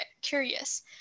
curious